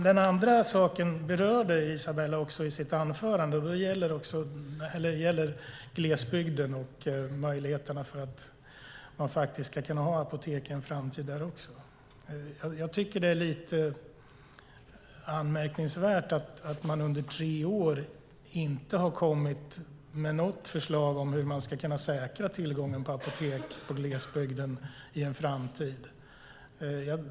Den andra saken berörde Isabella också i sitt anförande, och det gäller glesbygden och möjligheten att ha apotek där i en framtid. Jag tycker att det är lite anmärkningsvärt att man under tre år inte har kommit med något förslag om hur man ska säkra tillgången på apotek i glesbygden i en framtid.